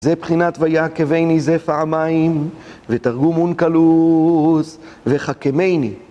זה בחינת ויעקבני זה פעמיים ותרגום אונקלוס וחכמייני